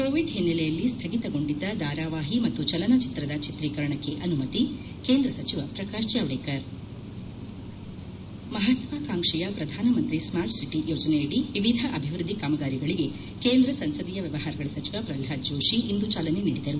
Covid ಹಿನ್ನೆಲೆಯಲ್ಲಿ ಸ್ಥಗಿತಗೊಂಡಿದ್ದ ಧಾರಾವಾಹಿ ಮತ್ತು ಚಲನಚಿತ್ರದ ಚಿತ್ರೀಕರಣಕ್ಕೆ ಅನುಮತಿ ಕೇಂದ್ರ ಸಚಿವ ಪ್ರಕಾಶ್ ಜಾವಡೇಕರ್ ಮಹತ್ವಾಕಾಂಕ್ಷಿಯ ಪ್ರಧಾನಮಂತ್ರಿ ಸ್ಮಾರ್ಟ್ ಸಿಟಿ ಯೋಜನೆಯಡಿ ವಿವಿಧ ಅಭಿವೃದ್ದಿ ಕಾಮಗಾರಿಗಳಿಗೆ ಕೇಂದ್ರ ಸಂಸದೀಯ ವ್ಯವಹಾರಗಳ ಸಚಿವ ಪ್ರಹ್ಲಾದ್ ಜೋಶಿ ಇಂದು ಚಾಲನೆ ನೀಡಿದರು